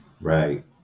Right